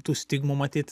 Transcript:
tų stigmų matyt